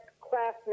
class